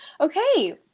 Okay